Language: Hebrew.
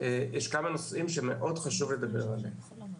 עוד כמה נושאים שחשוב לדבר עליהם.